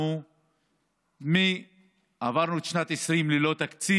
אנחנו עברנו את שנת 2020 ללא תקציב,